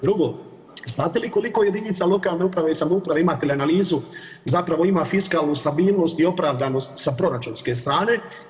Drugo, znate li koliko jedinica lokalne uprave i samouprave imate li analizu zapravo ima fiskalnu stabilnost i opravdanost sa proračunske strane?